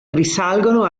risalgono